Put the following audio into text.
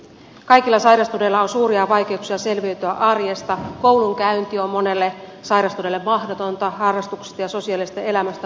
kaikilla sairastuneilla on suuria vaikeuksia selviytyä arjesta koulunkäynti on monelle sairastuneelle mahdotonta harrastuksista ja sosiaalisesta elämästä puhumattakaan